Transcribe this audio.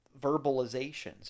verbalizations